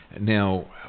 Now